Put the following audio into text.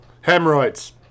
Hemorrhoids